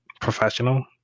professional